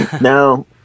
no